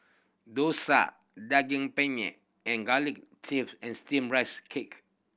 dosa Daging Penyet and garlic chive and Steamed Rice Cake